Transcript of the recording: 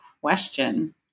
question